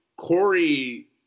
Corey